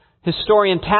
historian